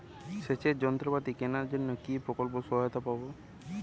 সেচের যন্ত্রপাতি কেনার জন্য কি প্রকল্পে সহায়তা পাব?